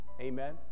Amen